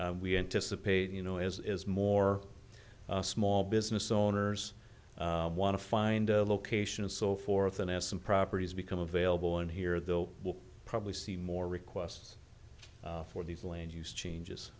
so we anticipate you know is more small business owners want to find a location and so forth and as some properties become available and here though we'll probably see more requests for these land use changes